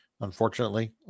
Unfortunately